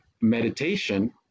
meditation